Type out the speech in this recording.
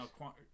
No